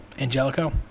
Angelico